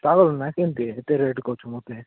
ପାଗଳ ନା କେମିତି ଏତେ ରେଟ୍ କହୁଛ ମୋତେ